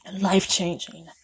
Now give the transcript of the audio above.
Life-changing